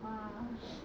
ah